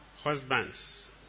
husbands